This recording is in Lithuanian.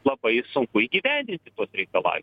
labai sunku įgyvendinti tuos reikala